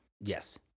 Yes